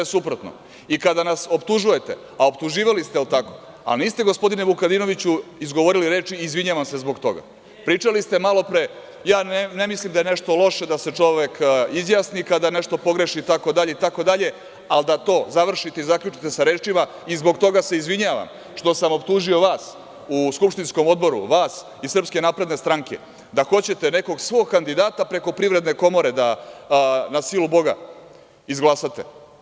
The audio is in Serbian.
Kada nas optužujete, a optuživali ste, jel tako, a niste, gospodine Vukadinoviću, izgovorili reči – izvinjavam se zbog toga, pričali ste malopre – ne mislim da je nešto loše da se čovek izjasni kada čovek nešto pogreši itd, itd, ali da to završite i zaključite sa rečima – i zbog toga se izvinjavam što sam optužio vas u skupštinskom odboru, vas iz SNS da hoćete nekog svog kandidata preko Privredne komore da, na silu Boga, izglasate.